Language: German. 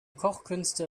kochkünste